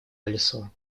колесо